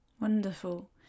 Wonderful